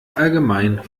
allgemein